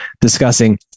discussing